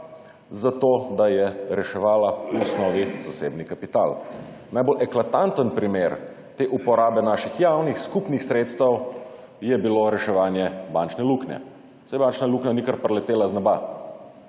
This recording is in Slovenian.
zato, da je reševala v osnovi zasebni kapital. Najbolj eklatanten primer te uporabe naših javnih, skupnih sredstev, je bilo reševanje bančne luknje. Saj bančna luknja ni kar priletela z neba.